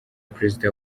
perezida